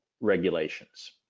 regulations